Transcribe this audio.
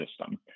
system